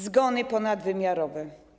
Zgony ponadwymiarowe.